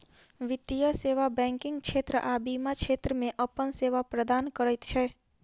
वित्तीय सेवा बैंकिग क्षेत्र आ बीमा क्षेत्र मे अपन सेवा प्रदान करैत छै